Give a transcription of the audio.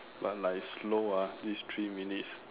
but like slow ah these three minutes